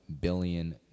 billion